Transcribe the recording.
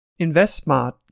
InvestSmart